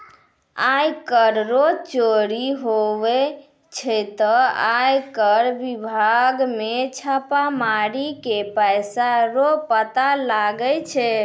आय कर रो चोरी हुवै छै ते आय कर बिभाग मे छापा मारी के पैसा रो पता लगाय छै